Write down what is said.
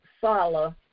follow